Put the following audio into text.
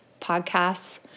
podcasts